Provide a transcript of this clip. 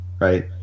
right